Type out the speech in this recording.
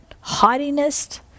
haughtiness